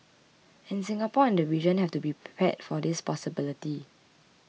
and Singapore and the region have to be prepared for this possibility